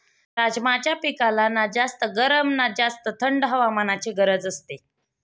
राजमाच्या पिकाला ना जास्त गरम ना जास्त थंड हवामानाची गरज असते